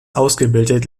ausgebildet